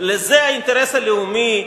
זה האינטרס הלאומי?